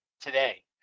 Today